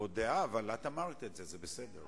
קיבלה את האחריות לבריאות הנפש בלי מכרז.